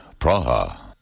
Praha